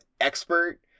expert